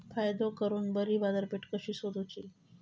फायदो करून बरी बाजारपेठ कशी सोदुची?